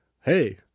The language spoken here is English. Hey